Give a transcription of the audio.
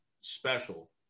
special